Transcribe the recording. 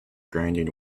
grinding